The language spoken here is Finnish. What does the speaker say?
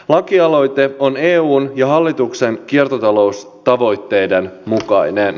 lakialoite on eun ja hallituksen kiertotaloustavoitteiden mukainen